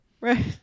Right